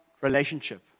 relationship